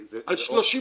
זה לא רטרואקטיבי.